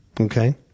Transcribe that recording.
Okay